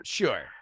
sure